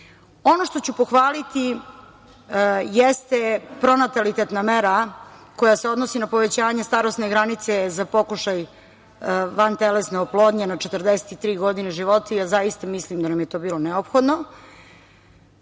što ću pohvaliti jeste pronatalitetna mera koja se odnosi na povećanje starosne granice za pokušaj vantelesne oplodnje na 43 godine života. Ja zaista mislim da nam je to bilo neophodno. Treba